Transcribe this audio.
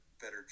better